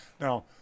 Now